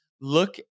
Look